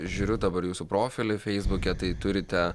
žiūriu dabar jūsų profilį feisbuke tai turite